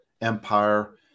Empire